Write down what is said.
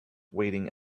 waiting